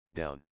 down